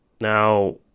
Now